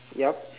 yup